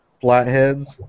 flatheads